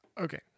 Okay